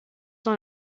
dans